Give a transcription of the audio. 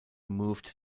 moved